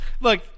Look